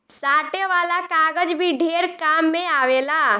साटे वाला कागज भी ढेर काम मे आवेला